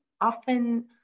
often